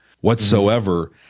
whatsoever